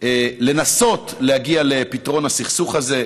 לנסות להגיע לפתרון הסכסוך הזה.